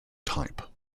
type